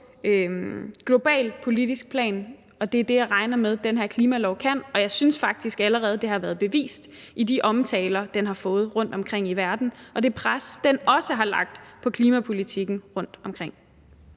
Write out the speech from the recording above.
globalt politisk plan, og det er det, jeg regner med den her klimalov kan, og jeg synes faktisk allerede, det har været bevist i de omtaler, den har fået rundtomkring i verden, og det pres, den også har lagt på klimapolitikken rundtomkring.